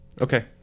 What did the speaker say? Okay